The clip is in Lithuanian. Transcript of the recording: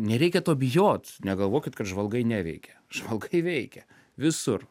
nereikia to bijot negalvokit kad žvalgai neveikia žvalgai veikia visur